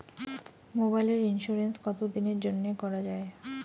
মোবাইলের ইন্সুরেন্স কতো দিনের জন্যে করা য়ায়?